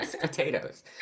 potatoes